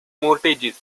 mortgages